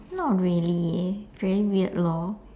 not really leh very weird lor